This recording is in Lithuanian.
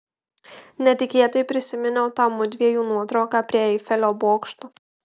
netikėtai prisiminiau tą mudviejų nuotrauką prie eifelio bokšto